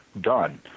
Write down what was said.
done